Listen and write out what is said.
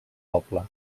poble